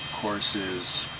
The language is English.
course is,